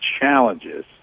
challenges